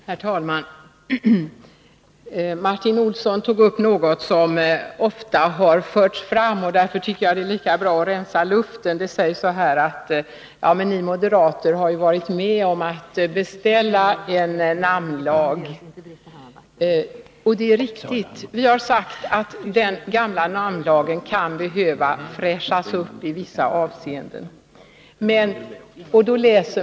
Herr talman! Martin Olsson tog upp något som ofta har förts fram, och därför tycker jag att det är lika bra att rensa luften. Det sägs att ni moderater varit med om att beställa en namnlag. Det är riktigt. Vi har sagt att den gamla namnlagen kan behöva fräschas upp i vissa avseenden.